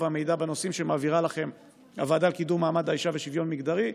והמידע בנושאים שמעבירה לכם הוועדה לקידום מעמד האישה ושוויון מגדרי,